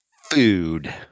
Food